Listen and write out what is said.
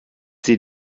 sie